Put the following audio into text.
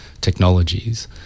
technologies